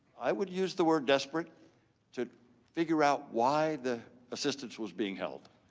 i would use the word desperate to figure out why the assistance was being held.